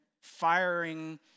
firing